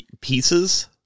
Pieces